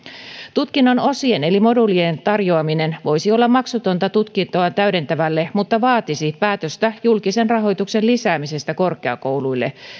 tutkinnon osien eli moduulien tarjoaminen voisi olla maksutonta tutkintoa täydentävälle mutta vaatisi päätöstä julkisen rahoituksen lisäämisestä korkeakouluille